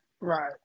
Right